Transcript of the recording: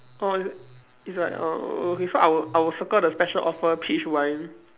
oh i~ is like oh okay so I will I will circle the special offer peach wine